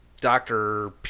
doctor